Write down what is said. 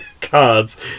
cards